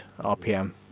rpm